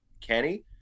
Kenny